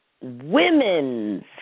women's